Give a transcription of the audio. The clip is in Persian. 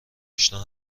آشنا